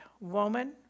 Woman